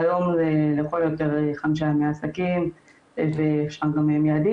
כיום זה לכל היותר חמישה ימי עסקים ואפשר גם מיידית,